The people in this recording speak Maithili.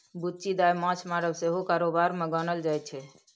बुच्ची दाय माँछ मारब सेहो कारोबार मे गानल जाइ छै